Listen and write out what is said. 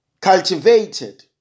cultivated